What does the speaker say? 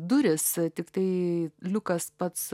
durys tiktai liukas pats